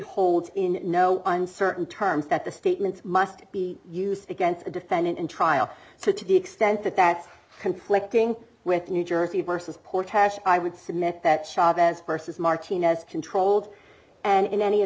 holds in no uncertain terms that the statements must be used against the defendant in trial so to the extent that that's conflicting with new jersey versus cortege i would submit that chvez versus martinez controlled and in any